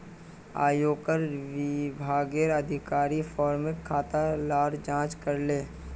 आयेकर विभागेर अधिकारी फार्मर खाता लार जांच करले